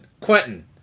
Quentin